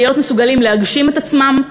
להיות מסוגלים להגשים את עצמם.